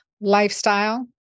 lifestyle